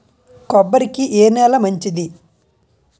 కొబ్బరి కి ఏ నేల మంచిది?